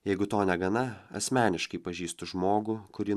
jeigu to negana asmeniškai pažįstu žmogų kurį